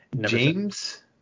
James